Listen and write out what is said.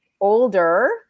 older